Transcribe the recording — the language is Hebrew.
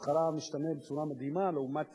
ששכרה משתנה בצורה מדהימה לעומת